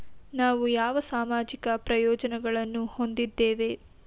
ನಾವು ಯಾವ ಸಾಮಾಜಿಕ ಪ್ರಯೋಜನಗಳನ್ನು ಹೊಂದಿದ್ದೇವೆ?